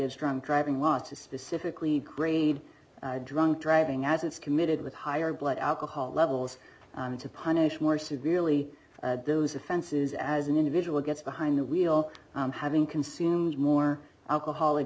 as drunk driving laws to specifically grade drunk driving as it's committed with higher blood alcohol levels to punish more severely those offenses as an individual gets behind the wheel having consumed more alcoholic